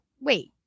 wait